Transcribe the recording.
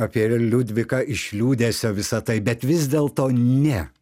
apie liudviką iš liūdesio visa tai bet vis dėlto ne